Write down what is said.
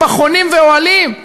פחונים ואוהלים?